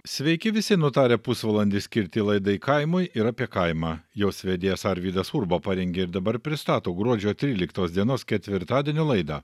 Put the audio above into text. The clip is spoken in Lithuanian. sveiki visi nutarę pusvalandį skirti laidai kaimui ir apie kaimą jos vedėjas arvydas urba parengė ir dabar pristato gruodžio tryliktos dienos ketvirtadienio laidą